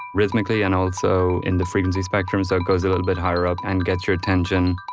rhythmically and also in the frequency spectrum. so it goes a little bit higher up and gets your attention.